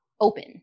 open